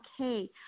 okay